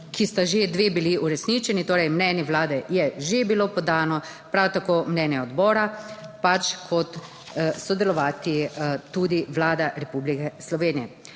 ki sta že dve bili uresničeni. torej mnenje Vlade je že bilo podano, prav tako mnenje odbora, pač kot sodelovati tudi Vlada Republike Slovenije.